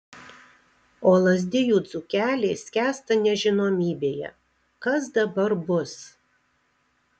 o lazdijų dzūkeliai skęsta nežinomybėje kas dabar bus